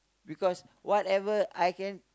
because whatever I can